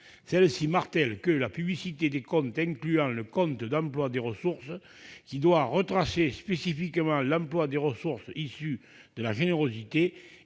Celle-ci martèle que « la publicité des comptes incluant le compte d'emploi des ressources, qui doit retracer spécifiquement l'emploi des ressources issues de la générosité,